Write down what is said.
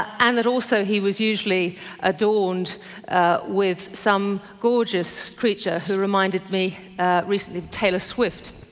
and that also he was usually adorned with some gorgeous creature who reminded me recently of taylor swift.